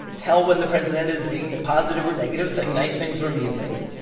tell when the president is being positive or negative, saying nice things or mean things.